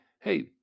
hey